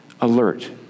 alert